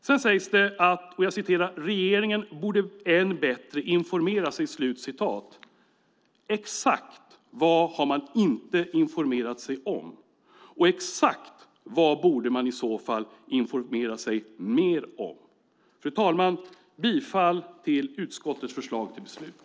Sedan sägs det: "Regeringen borde än bättre informera sig." Exakt vad har man inte informerat sig om, och exakt vad borde man i så fall informera sig mer om? Fru talman! Jag yrkar bifall till utskottets förslag till beslut.